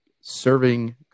serving